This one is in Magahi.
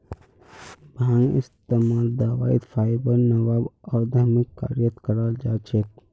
भांगेर इस्तमाल दवाई फाइबर बनव्वा आर धर्मिक कार्यत कराल जा छेक